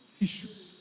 issues